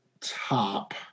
top